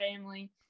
family